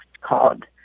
called